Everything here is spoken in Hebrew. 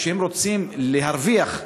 כשהם רוצים להרוויח,